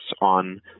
on